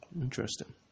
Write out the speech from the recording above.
Interesting